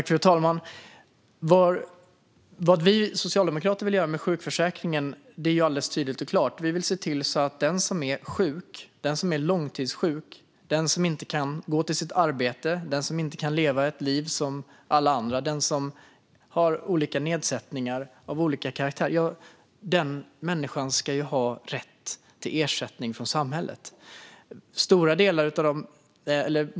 Fru talman! Vad vi socialdemokrater vill göra med sjukförsäkringen är tydligt. Vi vill se till att den som är sjuk, är långtidssjuk, inte kan gå till sitt arbete, inte kan leva ett liv som alla andra eller har nedsättningar av olika karaktär ska ha rätt till ersättning från samhället.